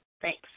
Thanks